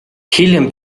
hiljem